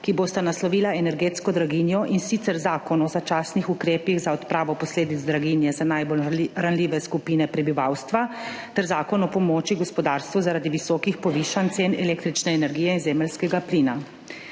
ki bosta naslovila energetsko draginjo, in sicer Zakon o začasnih ukrepih za odpravo posledic draginje za najbolj ranljive skupine prebivalstva ter Zakon o pomoči gospodarstvu zaradi visokih povišanj cen električne energije in zemeljskega plina.